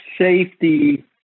safety